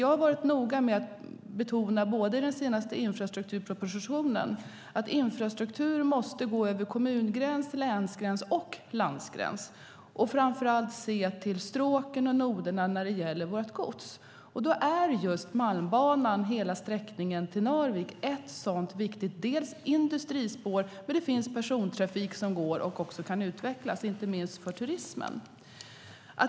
Jag har varit noga med att i den senaste infrastrukturpropositionen betona att infrastruktur måste gå över kommungräns, länsgräns och landgräns. Framför allt måste man se till stråken och noderna när det gäller vårt gods. Då är just Malmbanan, hela sträckningen till Narvik, dels ett viktigt industrispår, dels ett spår för persontrafik som kan utvecklas inte minst för turismen.